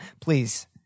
Please